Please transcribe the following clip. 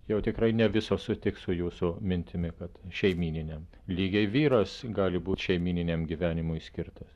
jau tikrai ne visos sutiks su jūsų mintimi kad šeimyninio lygio vyras gali būt šeimyniniam gyvenimui skirtas